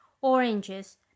oranges